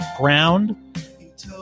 ground